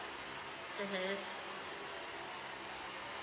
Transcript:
mmhmm